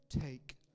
take